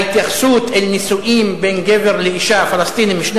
ההתייחסות אל נישואים בין גבר לאשה פלסטינים משני